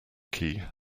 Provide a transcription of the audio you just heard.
key